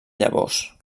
llavors